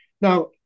Now